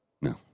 No